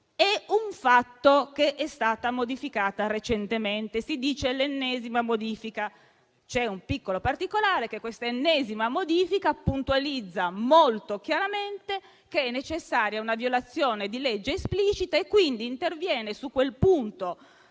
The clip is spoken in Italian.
È un fatto che vi sia stata una modifica recente, si dice, l'ennesima. C'è un piccolo particolare: questa ennesima modifica puntualizza molto chiaramente che è necessaria una violazione di legge esplicita e quindi interviene su quel punto